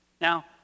Now